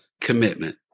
commitment